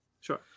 sure